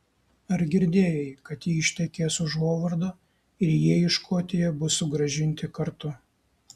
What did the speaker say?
ar girdėjai kad ji ištekės už hovardo ir jie į škotiją bus sugrąžinti kartu